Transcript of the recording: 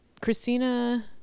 christina